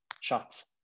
shots